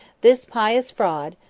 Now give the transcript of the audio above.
this pious fraud,